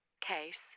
case